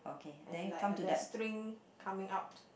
and like that's a string coming out